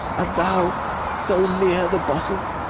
and thou so near the bottom?